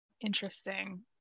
interesting